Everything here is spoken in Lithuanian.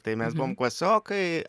tai mes buvom klasiokai